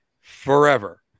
forever